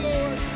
Lord